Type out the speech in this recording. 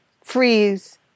freeze